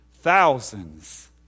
thousands